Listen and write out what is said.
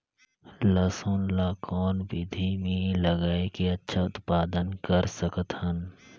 लसुन ल कौन विधि मे लगाय के अच्छा उत्पादन कर सकत हन?